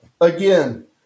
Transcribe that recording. again